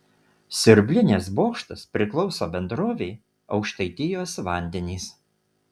siurblinės bokštas priklauso bendrovei aukštaitijos vandenys